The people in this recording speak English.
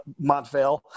Montvale